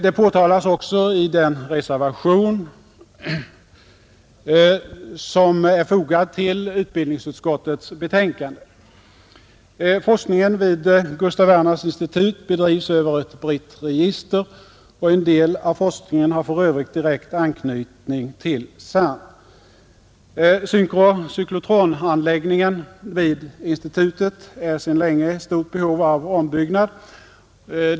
Det påtalas också i den reservation som är fogad till utbildningsutskottets betänkande. Forskningen vid Gustaf Werners institut bedrivs över ett brett register — en del av forskningen har för övrigt direkt anknytning till CERN. Synkrocyklotronanläggningen vid institutet är sedan länge i stort behov av ombyggnad.